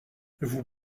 vous